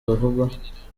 bavugwa